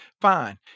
Fine